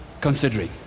considering